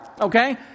Okay